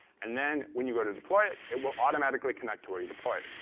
and then when you go to deploy it, it will automatically connect to where you deploy it.